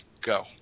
Go